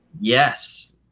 Yes